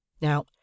Now